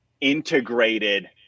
integrated